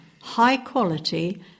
high-quality